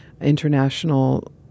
international